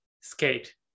Skate